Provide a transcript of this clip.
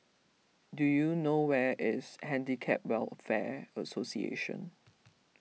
do you know where is Handicap Welfare Association